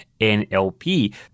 NLP